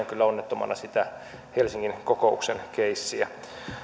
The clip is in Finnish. kyllä onnettomana sitä helsingin kokouksen keissiä